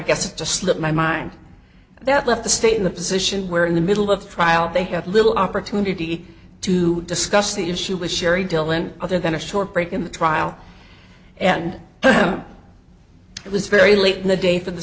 guess it just slipped my mind that left the state in the position where in the middle of trial they had little opportunity to discuss the issue with sherry dillon other than a short break in the trial and him it was very late in the day for the